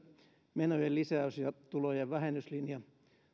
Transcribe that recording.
menojen lisäys ja tulojen vähennyslinja